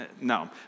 No